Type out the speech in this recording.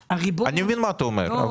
אני מבין מה אתה אומר.